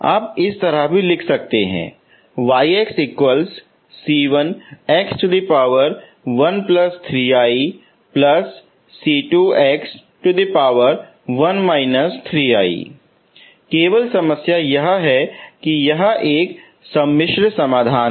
आप इस तरह भी लिख सकते हैं केवल समस्या यह है कि यह एक जटिल समाधान है